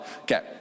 Okay